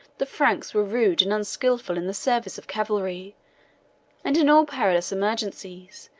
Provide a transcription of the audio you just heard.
the franks were rude and unskilful in the service of cavalry and in all perilous emergencies,